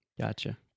Gotcha